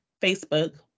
Facebook